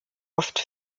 oft